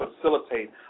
facilitate